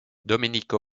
domenico